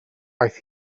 aeth